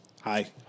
Hi